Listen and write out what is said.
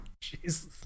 Jesus